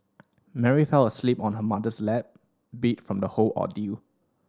Mary fell asleep on her mother's lap beat from the whole ordeal